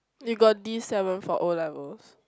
you got D-seven for O-levels